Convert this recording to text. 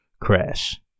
crash